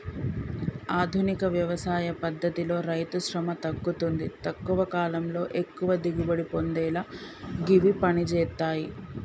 ఆధునిక వ్యవసాయ పద్దతితో రైతుశ్రమ తగ్గుతుంది తక్కువ కాలంలో ఎక్కువ దిగుబడి పొందేలా గివి పంజేత్తయ్